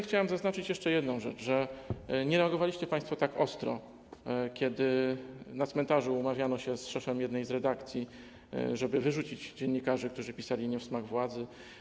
Chciałbym zaznaczyć jeszcze jedną rzecz, że nie reagowaliście państwo tak ostro, kiedy na cmentarzu umawiano się z szefem jednej z redakcji, żeby wyrzucić dziennikarzy, którzy pisali nie w smak władzy.